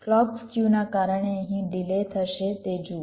clock સ્ક્યુનાં કારણે અહીં ડિલે થશે તે જુઓ